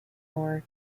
more